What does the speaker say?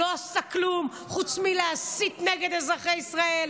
לא עשה כלום חוץ מלהסית נגד אזרחי ישראל.